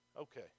Okay